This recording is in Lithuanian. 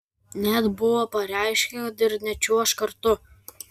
net buvo pareiškę kad ir nečiuoš kartu